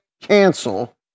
cancel